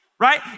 Right